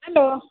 hello